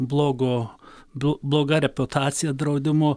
blogo blo bloga reputacija draudimo